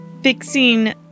fixing